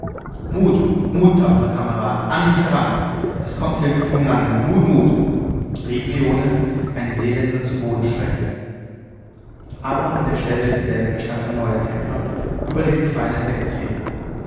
mut mut tapfere kameraden an mich heran es kommt hülfe vom land mut mut rief leone einen seeländer zu boden streckend aber an der stelle desselben erstand ein neuer kämpfer über den gefallenen wegtretend